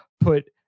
put